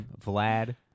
Vlad